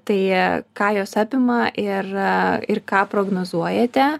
tai ką jos apima ir ir ką prognozuojate